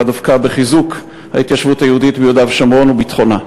אלא דווקא בחיזוק ההתיישבות היהודית ביהודה ושומרון וביטחונה.